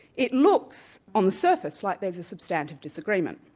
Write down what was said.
it looks, on the surface, like there's a substantive disagreement.